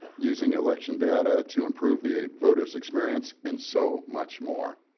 using election data to improve the voters' experience, and so much more.